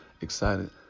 excited